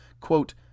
quote